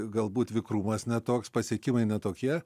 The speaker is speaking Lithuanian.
galbūt vikrumas ne toks pasiekimai ne tokie